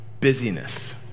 busyness